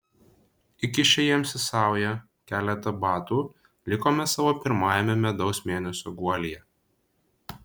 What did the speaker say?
įkišę jiems į saują keletą batų likome savo pirmajame medaus mėnesio guolyje